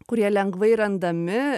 kurie lengvai randami